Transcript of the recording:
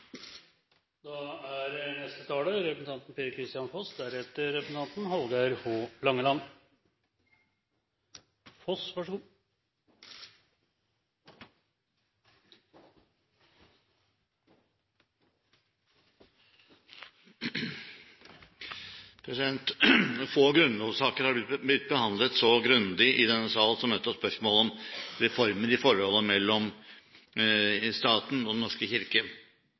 Få grunnlovssaker har blitt behandlet så grundig i denne sal som nettopp spørsmålet om reformer i forholdet mellom staten og Den norske kirke.